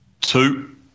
Two